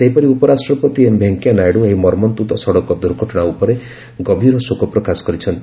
ସେହିପରି ଉପରାଷ୍ଟ୍ରପତି ଏମ୍ ଭେଙ୍କେୟାନାଇଡୁ ଏହି ମର୍ମନ୍ତୁଦ ସଡ଼କ ଦୁର୍ଘଟଣା ଉପରେ ଗଭୀର ଶୋକ ପ୍ରକାଶ କରିଛନ୍ତି